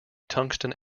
tungsten